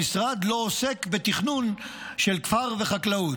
המשרד לא עוסק בתכנון של כפר וחקלאות.